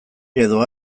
edo